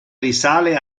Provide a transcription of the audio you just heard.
risale